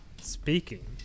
Speaking